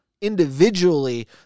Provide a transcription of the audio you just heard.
individually